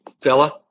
fella